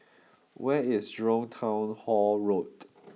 where is Jurong Town Hall Road